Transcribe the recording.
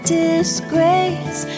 disgrace